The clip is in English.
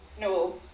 no